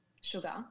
sugar